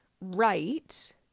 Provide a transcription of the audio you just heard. right